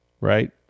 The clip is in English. right